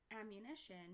ammunition